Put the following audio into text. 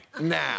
now